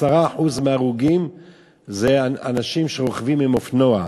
10% מההרוגים הם אנשים שרוכבים על אופנוע.